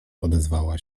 odezwała